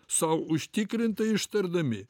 sau užtikrintai ištardami